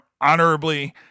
honorably